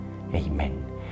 Amen